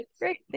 Great